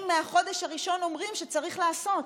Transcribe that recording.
מהחודש הראשון אומרים שצריך לעשות.